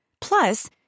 Plus